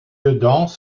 dedans